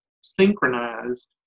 synchronized